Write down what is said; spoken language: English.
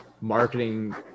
marketing